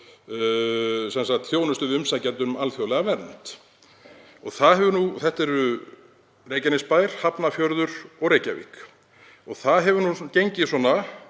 þjónustu við umsækjendur um alþjóðlega vernd. Þetta eru Reykjanesbær, Hafnarfjörður og Reykjavík. Það hefur gengið svona